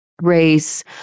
race